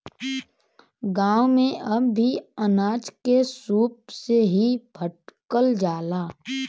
गांव में अब भी अनाज के सूप से ही फटकल जाला